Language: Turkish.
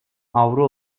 avro